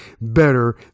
better